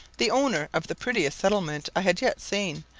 the owner of the prettiest settlement i had yet seen,